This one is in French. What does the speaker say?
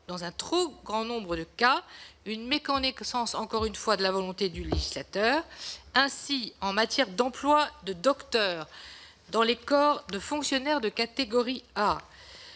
dans un trop grand nombre de situations, une méconnaissance, encore une fois, de la volonté du législateur. C'est le cas pour les emplois de docteur dans les corps de fonctionnaires de catégorie A.